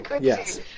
Yes